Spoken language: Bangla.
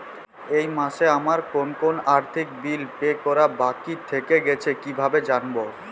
এই মাসে আমার কোন কোন আর্থিক বিল পে করা বাকী থেকে গেছে কীভাবে জানব?